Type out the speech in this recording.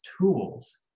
tools